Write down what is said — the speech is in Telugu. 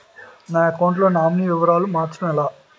నా అకౌంట్ లో నామినీ వివరాలు మార్చటం ఎలా?